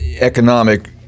economic